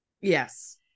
Yes